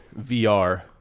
VR